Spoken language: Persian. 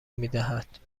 میدهد